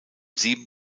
sieben